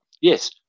yes